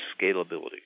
scalability